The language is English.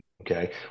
Okay